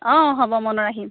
অ হ'ব মনত ৰাখিম